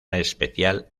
especial